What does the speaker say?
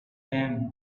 them